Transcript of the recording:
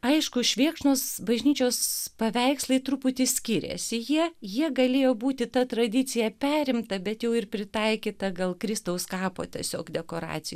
aišku švėkšnos bažnyčios paveikslai truputį skiriasi jie jie galėjo būti ta tradicija perimta bet jau ir pritaikyta gal kristaus kapo tiesiog dekoracija